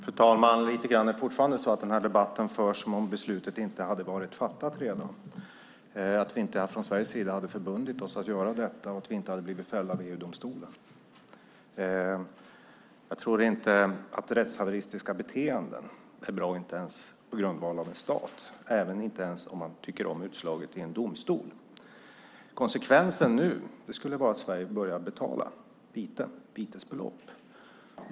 Fru talman! Den här debatten förs fortfarande lite grann som om beslutet inte hade varit fattat redan, att vi från Sveriges sida inte hade förbundit oss att göra detta och att vi inte hade blivit fällda i EU-domstolen. Jag tror inte att rättshaveristiska beteenden är bra, inte ens på grundval av en stat och heller inte ens om man tycker om utslaget i en domstol. Konsekvensen nu skulle vara att Sverige börjar betala vitesbelopp.